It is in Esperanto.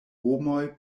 homoj